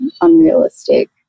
unrealistic